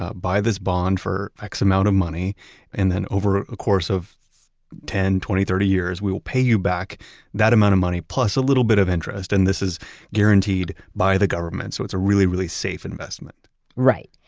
ah buy this bond for x amount of money and then over a course of ten, twenty, thirty years, we will pay you back that amount of money plus a little bit of interest. and this is guaranteed by the government, so it's a really, really safe investment right,